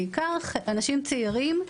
בעיקר אנשים צעירים.